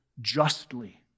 justly